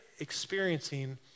experiencing